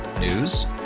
News